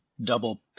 double